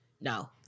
No